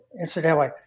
Incidentally